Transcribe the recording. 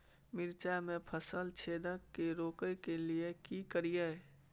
मिर्चाय मे फल छेदक के रोकय के लिये की करियै?